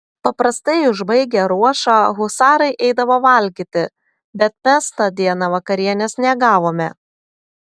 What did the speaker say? paprastai užbaigę ruošą husarai eidavo valgyti bet mes tą dieną vakarienės negavome